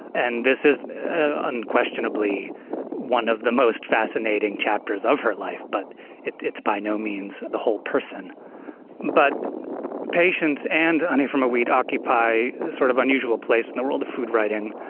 and this is unquestionably one of the most fascinating chapters of her life, but it's by no means the whole person but patience and honey from a weed occupy an sort of unusual place in the world of food writing.